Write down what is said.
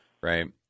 Right